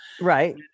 right